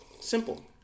Simple